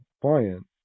client